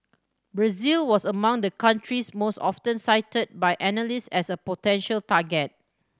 Brazil was among the countries most often cited by analysts as a potential target